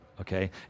Okay